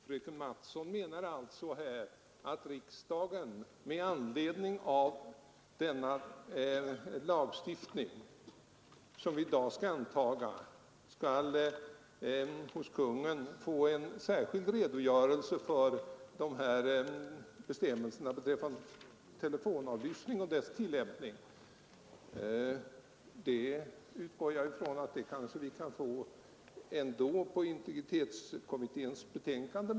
Herr talman! Fröken Mattson menar alltså att riksdagen med anledning av denna lagstiftning, som vi i dag skall anta, skall få en särskild redogörelse av Kungl. Maj:t för bestämmelserna beträffande telefonavlyssning och deras tillämpning. Det utgår jag ifrån att vi kanske kan få ändå i samband med integritetsskyddskommitténs betänkande.